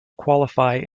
qualify